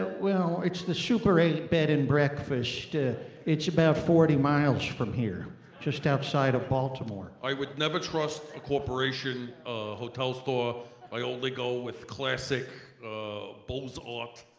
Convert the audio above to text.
well, it's the super eight bed-and-breakfast ah it's about forty miles from here just outside of baltimore. i would never trust a corporation hotel store i only go with classic ah ah